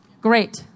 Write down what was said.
great